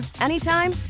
anytime